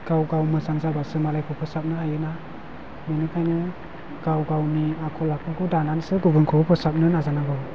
गाव गावनो मोजां जाबासो मालायखौ फोसाबनो हायोना बेनिखायनो गाव गावनि आखल आखुखौ दानानैसो गुबुनखौ फोसाबनो नाजानांगौ